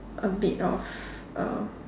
a bit of uh